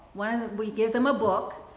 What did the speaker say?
when we give them a book,